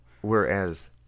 Whereas